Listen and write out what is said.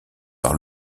par